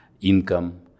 income